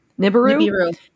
Nibiru